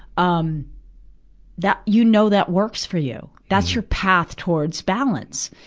um that you know that works for you that's your path towards balance.